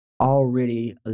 already